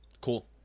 Cool